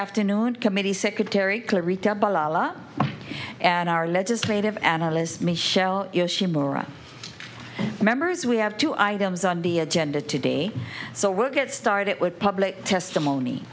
afternoon committee secretary and our legislative analyst michelle remembers we have two items on the agenda today so work at start it with public testimony